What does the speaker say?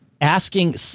asking